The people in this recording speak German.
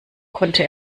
konnte